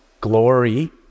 glory